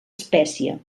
espècie